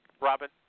Robin